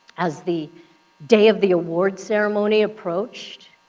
as the day of the award ceremony approached,